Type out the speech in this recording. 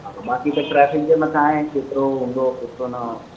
बाक़ी त ट्रैफ़िक जे मथां आहे केतिरो हूंदो केतिरो न